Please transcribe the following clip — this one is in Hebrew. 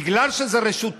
בגלל שזה רשות המים,